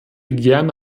gerne